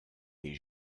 est